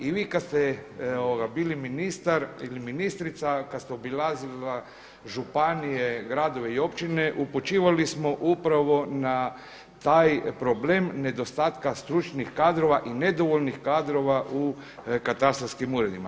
I vi kada ste bili ministrica, kada ste obilazila županije, gradove i općine upućivali smo upravo na taj problem nedostatka stručnih kadrova i nedovoljnih kadrova u katastarskim uredima.